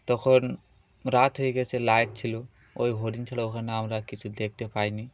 তখন রাত হয়ে গেছে লাইট ছিলো ওই হরিণ ছাড়া ওখানে আমরা কিছু দেখতে পাই নি